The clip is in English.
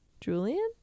Julian